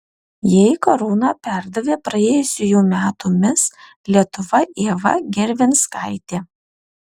jai karūna perdavė praėjusiųjų metų mis lietuva ieva gervinskaitė